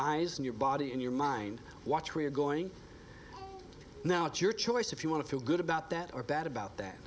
eyes and your body and your mind watch where you're going now it's your choice if you want to feel good about that or bad about that